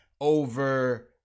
over